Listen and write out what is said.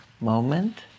moment